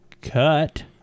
cut